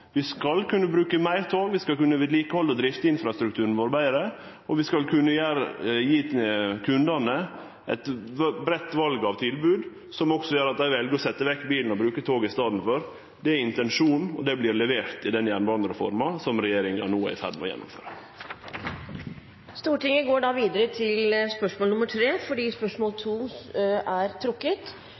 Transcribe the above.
Vi skal kunne bruke meir tog, vi skal kunne vedlikehalde og drifte infrastrukturen vår betre, og vi skal kunne gje kundane eit breitt val av tilbod, som også gjer at dei vel å setje vekk bilen og bruke tog i staden. Det er intensjonen, og det vert levert i den jernbanereforma som regjeringa no er i ferd med å gjennomføre. Dette spørsmålet er trukket tilbake. «For å nå målet om å redusere klimautslippene i Oslo med 50 pst. er